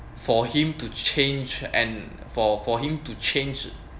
for him to change and for for him to change